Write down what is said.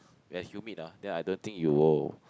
we're humid ah then I don't think you will